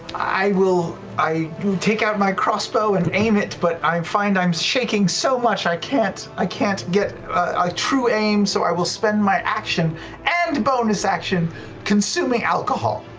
i will i will take out my crossbow and aim it, but i um find i'm shaking so much i can't i can't get a true aim, so i will spend my action and bonus action consuming alcohol.